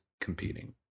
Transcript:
competing